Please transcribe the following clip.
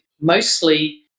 mostly